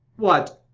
what,